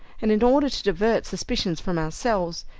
and in order to divert suspicion from ourselves,